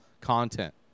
content